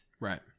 right